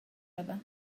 other